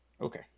Okay